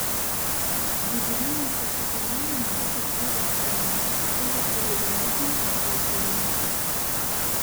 didžiulienės ir kitų nuomone visos ribos peržengtos tai jau chuliganizmas eteryje